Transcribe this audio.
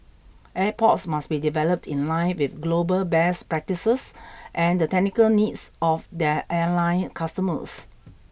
airports must be developed in line with global best practices and the technical needs of their airline customers